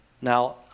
now